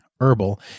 Herbal